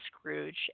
Scrooge